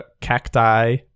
cacti